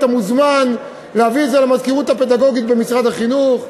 אתה מוזמן להביא את זה למזכירות הפדגוגית במשרד החינוך.